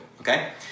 okay